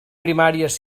primàries